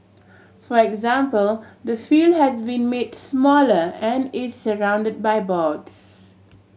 for example the field has been made smaller and is surround by boards